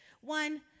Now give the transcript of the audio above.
One